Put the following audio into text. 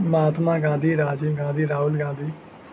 Mahatma Gandhi Rajiv Gandhi Rahul Gandhi